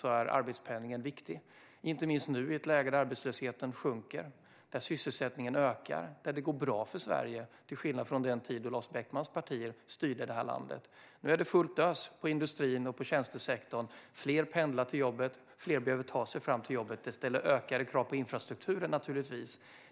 Det gäller inte minst nu när arbetslösheten sjunker, sysselsättningen ökar och det går bra för Sverige, till skillnad från den tid då Lars Beckmans parti styrde landet. Nu är det fullt ös inom industri och tjänstesektorn. Fler pendlar till jobbet och fler behöver ta sig fram till jobbet. Det här ställer naturligtvis ökade krav på infrastrukturen.